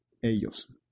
ellos